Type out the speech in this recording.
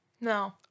No